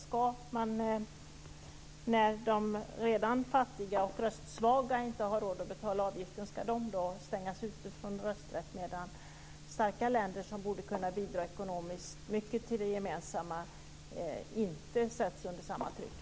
Ska de som redan är fattiga och röstsvaga och som inte har råd att betala avgiften stängas ute från rösträtt, medan starka länder som borde kunna bidra mycket ekonomiskt till det gemensamma inte sätts under samma tryck?